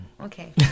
okay